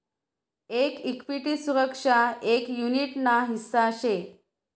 एक इक्विटी सुरक्षा एक युनीट ना हिस्सा शे